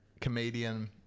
Comedian